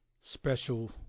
special